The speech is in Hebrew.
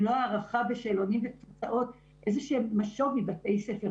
אם לא הערכה בשאלונים ותוצאות איזה שהוא משוב מבתי הספר,